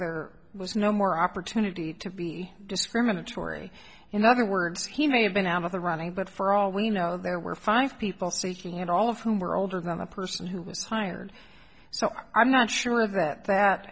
for was no more opportunity to be discriminatory in other words he may have been out of the running but for all we know there were five people seeking and all of whom were older than the person who was hired so i'm not sure of that that